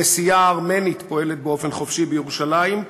הכנסייה הארמנית פועלת באופן חופשי בירושלים,